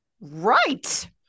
Right